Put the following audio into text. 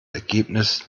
ergebnis